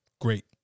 great